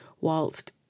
whilst